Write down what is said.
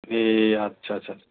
ए अच्छा अच्छा